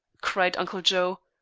cried uncle joe.